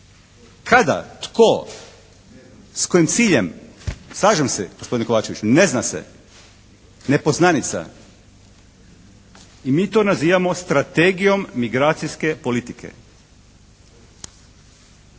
…/Upadica se ne čuje./… Slažem se gospodine Kovačeviću. Ne zna se. Nepoznanica. I mi to nazivamo Strategijom migracijske politike.